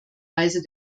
weise